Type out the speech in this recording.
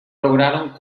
lograron